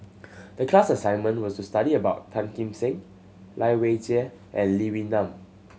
the class assignment was to study about Tan Kim Seng Lai Weijie and Lee Wee Nam